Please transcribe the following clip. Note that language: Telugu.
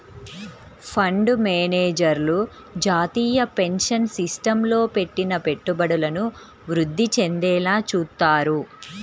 ఫండు మేనేజర్లు జాతీయ పెన్షన్ సిస్టమ్లో పెట్టిన పెట్టుబడులను వృద్ధి చెందేలా చూత్తారు